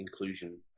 inclusion